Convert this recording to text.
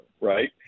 right